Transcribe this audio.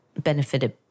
benefited